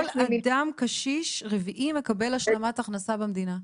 כל אדם קשיש רביעי מקבל השלמת הכנסה מהמדינה.